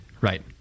Right